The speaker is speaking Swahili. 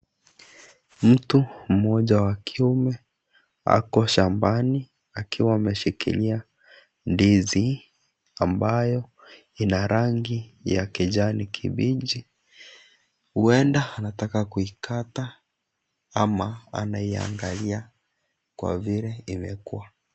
Mtu mmoja wa kiume ako shambani akiwa ameshikilia ndizi ambayo ina rangi ya kijani kibichi. Huenda anataka kuikata ama anaiangalia kwa vile imekuwa.